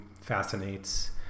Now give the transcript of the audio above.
fascinates